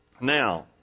Now